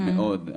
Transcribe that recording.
מאוד.